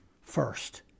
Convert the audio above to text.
first